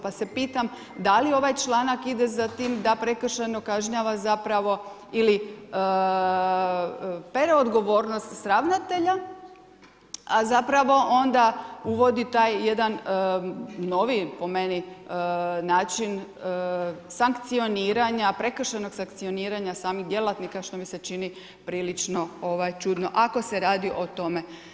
Pa se pitam da li ovaj članak ide za tim da prekršajno kažnjava zapravo ili pere odgovornosti s ravnatelja, a zapravo onda uvodi taj jedan novi po meni način sankcioniranje, prekršajnog sankcioniranja samih djelatnika što mi se čini prilično čudno, ako se radi o tome.